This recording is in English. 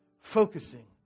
Focusing